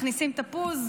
מכניסים תפוז,